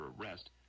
arrest